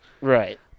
Right